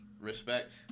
respect